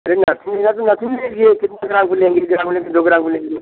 अरे नथुनी है तो नथुनी ले लीजिए कितना ग्राम का लेंगी एक ग्राम कि दो ग्राम का लेंगी